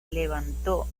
levantó